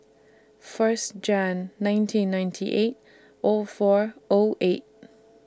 First Jan nineteen ninety eight O four O eight